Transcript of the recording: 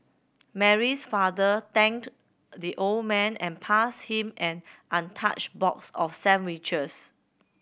Mary's father thanked the old man and passed him an untouched box of sandwiches